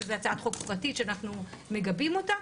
שזו הצעת חוק פרטית שאנחנו מגבים אותה.